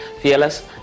fearless